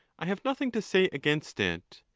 i have nothing to say against it.